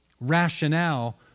rationale